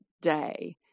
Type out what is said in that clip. day